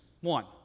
One